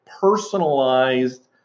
personalized